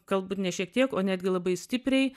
galbūt ne šiek tiek o netgi labai stipriai